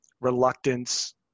reluctance